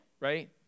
right